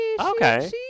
okay